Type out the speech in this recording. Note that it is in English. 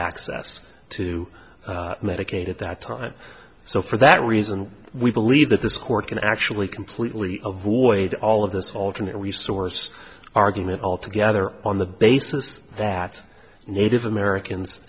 access to medicaid at that time so for that reason we believe that this court can actually completely avoid all of this alternate resource argument altogether on the basis that native americans